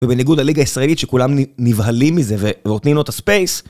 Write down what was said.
ובניגוד לליגה הישראלית שכולם נבהלים מזה ונותנים לו את הספייס